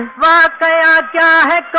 da da